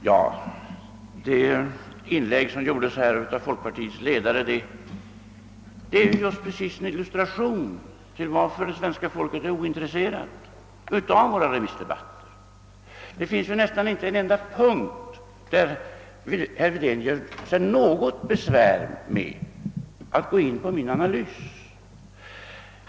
Herr talman! Det inlägg som nyss gjordes av folkpartiets ledare är just en illustration till frågan om varför det svenska folket är ointresserat av våra remissdebatter. Knappast på en enda punkt gör sig herr Wedén något besvär med att gå in på min analys.